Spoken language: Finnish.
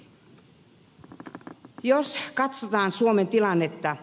jos katsotaan suomen tilannetta